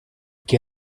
que